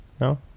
No